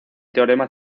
teorema